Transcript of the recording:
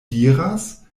diras